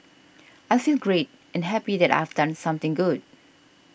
I feel great and happy that I've done something good